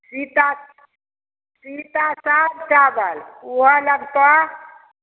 सीता सीता साफ चाबल उहो लगतऽ